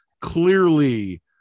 clearly